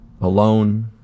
alone